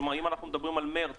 כלומר אם מדברים על מרץ,